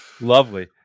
Lovely